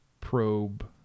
probe